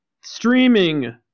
streaming